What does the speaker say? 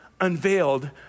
unveiled